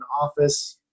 office